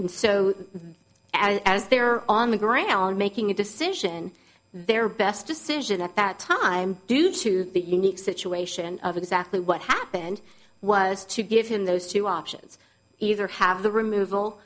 so as they are on the ground making a decision their best decision at that time due to the unique situation of exactly what happened was to give him those two options either have the removal